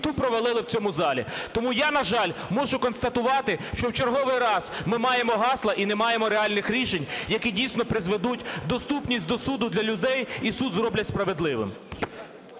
і ту провалили в цьому залі. Тому я, на жаль, мушу констатувати, що в черговий раз ми маємо гасла і не маємо реальних рішень, які дійсно призведуть доступність до суду для людей і суд зроблять справедливим.